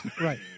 Right